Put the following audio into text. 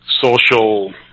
social